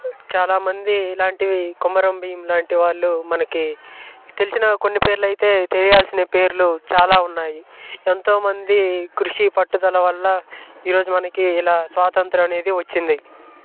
చాలామంది ఇలాంటివి కొమరం భీం లాంటి వాళ్ళు మనకి తెలిసిన కొన్ని పేర్లు అయితే తెలియాల్సిన పేర్లు చాలా ఉన్నాయి ఎంతోమంది కృషి పట్టుదల వల్ల ఈరోజు మనకి ఇలా స్వాతంత్రం అనేది వచ్చింది